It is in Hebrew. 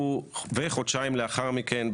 וחודשיים לאחר מכן,